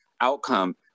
outcome